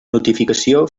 notificació